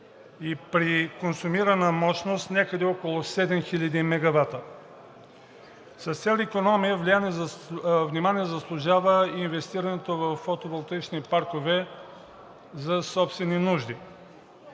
и при консумирана мощност някъде около 7000 мегавата. С цел икономия внимание заслужава инвестирането във фотоволтаични паркове за собствени нужди.